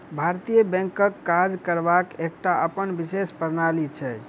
भारतीय बैंकक काज करबाक एकटा अपन विशेष प्रणाली छै